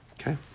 Okay